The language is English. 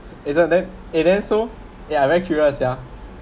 isn't that eh then so ya I very curious ya